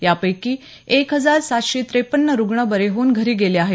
यापैकी एक हजार सातशे त्रेपन्न रुग्ण बरे होऊन घरी गेले आहेत